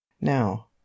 now